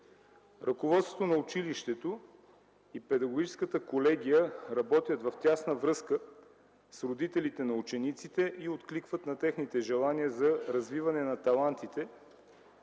Ръководството на училището и педагогическата колегия работят в тясна връзка с родителите на учениците и откликват на техните желания за развиване на талантите